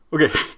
okay